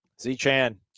Z-Chan